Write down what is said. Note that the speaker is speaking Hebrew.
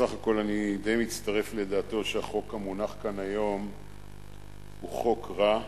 סך הכול אני די מצטרף לדעתו שהחוק המונח כאן היום הוא חוק רע,